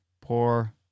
poor